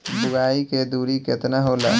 बुआई के दूरी केतना होला?